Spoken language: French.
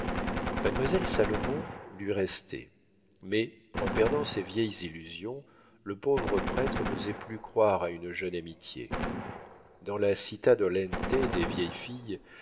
mademoiselle salomon lui restait mais en perdant ses vieilles illusions le pauvre prêtre n'osait plus croire à une jeune amitié dans la citta dolente des vieilles filles